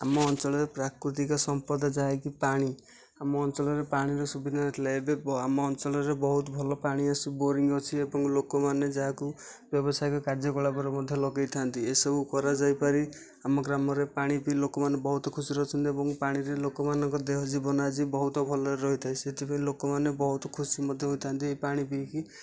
ଆମ ଅଞ୍ଚଳରେ ପ୍ରାକୃତିକ ସମ୍ପଦ ଯାହାକି ପାଣି ଆମ ଅଞ୍ଚଳରେ ପାଣିର ସୁବିଧା ନଥିଲା ଏବେ ଆମ ଅଞ୍ଚଳରେ ବହୁତ ଭଲ ପାଣି ଆସି ବୋରିଂ ଅଛି ଏବଂ ଲୋକମାନେ ଯାହାକୁ ବ୍ୟବସାୟିକ କାର୍ଯ୍ୟକଳାପରେ ମଧ୍ୟ ଲଗାଇଥାନ୍ତି ଏସବୁ କରାଯାଇପାରି ଆମ ଗ୍ରାମରେ ପାଣି ପିଇ ଲୋକମାନେ ବହୁତ ଖୁସିରେ ଅଛନ୍ତି ଏବଂ ପାଣିରେ ଲୋକମାନଙ୍କ ଦେହ ଜୀବନ ଆଜି ବହୁତ ଭଲରେ ରହିଥାଏ ସେଥିପାଇଁ ଲୋକମାନେ ବହୁତ ଖୁସି ମଧ୍ୟ ହୋଇଥାନ୍ତି ଏହି ପାଣି ପିଇକି